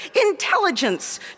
intelligence